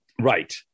Right